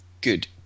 Good